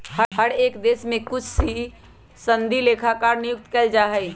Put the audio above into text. हर एक देश में कुछ ही सनदी लेखाकार नियुक्त कइल जा हई